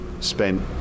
spent